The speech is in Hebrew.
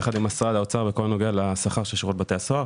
יחד עם משרד האוצר בכל הנוגע לשכר של שירות בתי הסוהר.